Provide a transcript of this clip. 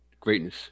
Greatness